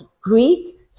Greek